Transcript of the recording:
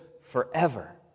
forever